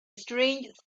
strange